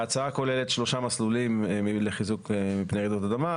ההצעה כוללת שלושה מסלולים לחיזוק מפני רעידות אדמה,